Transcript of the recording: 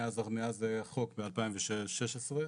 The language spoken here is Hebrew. מאז החוק ב-2016.